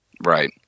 right